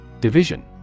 Division